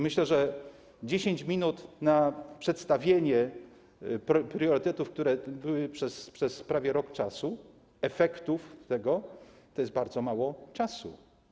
Myślę, że 10 minut na przedstawienie priorytetów, które obowiązywały przez prawie rok, efektów tego, to jest bardzo mało czasu.